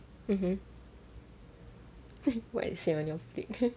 mmhmm what is on your plate